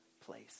place